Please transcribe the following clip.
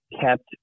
kept